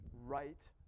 right